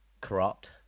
Corrupt